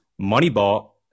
Moneyball